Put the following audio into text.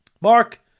Mark